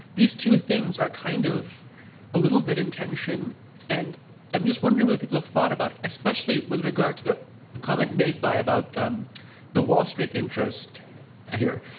these two things are kind of a little bit intention and i'm just wondering whether people have thought about, especially with regard to the comment made by about the wall street interest here.